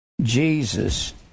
Jesus